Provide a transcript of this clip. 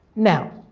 now,